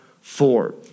four